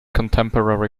contemporary